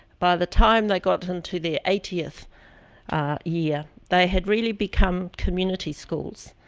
by the time they got into the eightieth year, they had really become community schools,